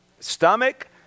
stomach